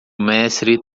mestre